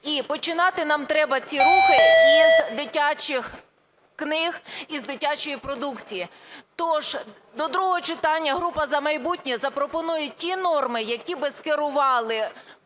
І починати нам треба ці рухи із дитячих книг, із дитячої продукції. Тож до другого читання група "За майбутнє" запропонує ті норми, які би скерували